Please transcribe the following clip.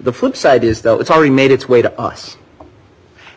the flipside is that it's already made its way to us